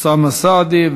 אוסאמה סעדי.